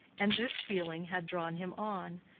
and this feeling had drawn him on,